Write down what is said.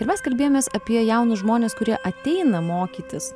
ir mes kalbėjomės apie jaunus žmones kurie ateina mokytis